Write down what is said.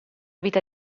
vita